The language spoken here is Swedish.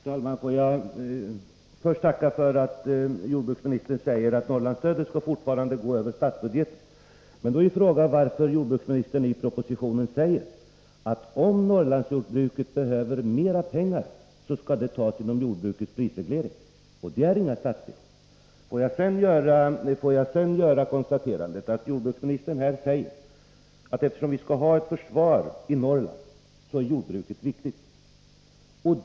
Herr talman! Får jag först tacka för att jordbruksministern säger att Norrlandsstödet fortfarande skall gå över statsbudgeten. Men då undrar jag varför jordbruksministern i propositionen säger, att om Norrlandsjordbruket behöver mera pengar, skall det tas ut genom jordbrukets prisreglering. Det är inga statsmedel. Får jag sedan konstatera att jordbruksministern här säger att jordbruket är viktigt i Norrland, eftersom vi skall ha ett försvar där.